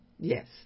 Yes